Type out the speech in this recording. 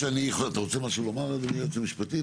אתה רוצה לומר משהו, אדוני היועץ המשפטי?